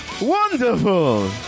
Wonderful